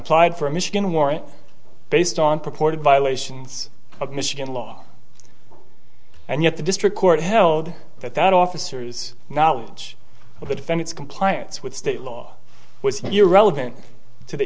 applied for a michigan warrant based on purported violations of michigan law and yet the district court held that that officers knowledge of the defendant's compliance with state law was irrelevant to the